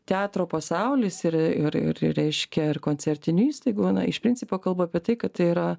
teatro pasaulis ir ir ir reiškia ir koncertinių įstaigų iš principo kalba apie tai kad tai yra